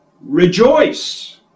rejoice